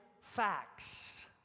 facts